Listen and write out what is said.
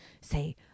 say